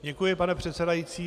Děkuji, pane předsedající.